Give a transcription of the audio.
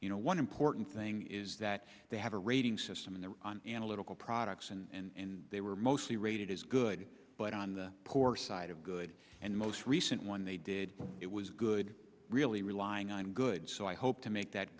you know one important thing is that they have a rating system in their analytical products and they were mostly rated as good but on the poor side of good and most recent one they did it was good really relying on good so i hope to make that